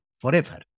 forever